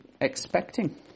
expecting